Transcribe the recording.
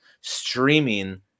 streaming